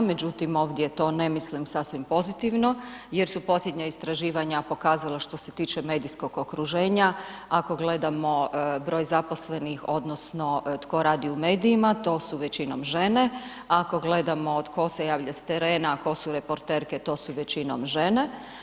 Međutim, ovdje to ne mislim sasvim pozitivno jer su posljednja istraživanja pokazala što se tiče medijskog okruženja ako gledamo broj zaposlenih odnosno tko radi u medijima, to su većinom žene, ako gledamo tko se javlja s terena a tko su reporterske to su većinom žene.